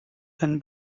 than